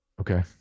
Okay